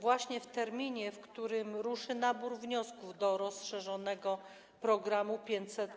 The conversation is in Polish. właśnie w terminie, w którym ruszy nabór wniosków do rozszerzonego programu 500+.